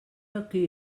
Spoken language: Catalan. aquí